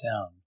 down